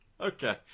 Okay